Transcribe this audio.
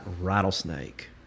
rattlesnake